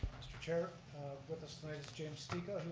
mr. chair. with us tonight is james stica,